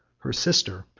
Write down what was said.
her sister,